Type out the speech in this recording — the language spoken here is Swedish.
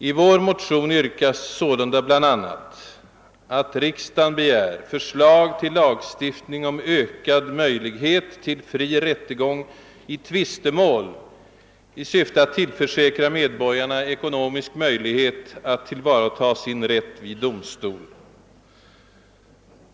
I motionen yrkas sålunda bl.a. att riksdagen begär förslag till lagstiftning om ökad möjlighet till fri rättegång i tvistemål i syfte att tillförsäkra medborgarna ekonomisk möjlighet att tillvarata sin rätt vid domstol.